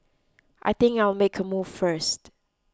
I think I'll make a move first